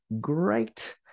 Great